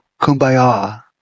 Kumbaya